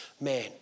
Man